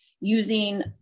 using